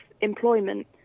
employment